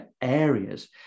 areas